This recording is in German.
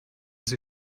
sie